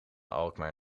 alkmaar